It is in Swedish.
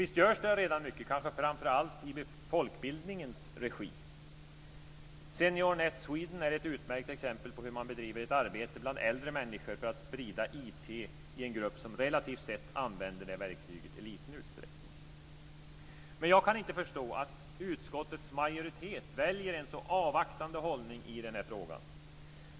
Visst görs det redan mycket, framför allt i folkbildningens regi. Senior Net Sweden är ett utmärkt exempel på hur man bedriver ett arbete bland äldre människor för att sprida IT i en grupp som relativt sett använder verktyget i liten utsträckning. Men jag kan inte förstå att utskottets majoritet väljer en så avvaktande hållning i den här frågan.